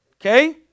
Okay